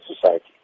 society